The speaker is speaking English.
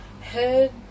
head